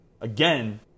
again